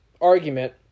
argument